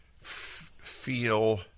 feel